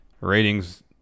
Ratings